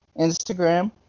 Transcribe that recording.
Instagram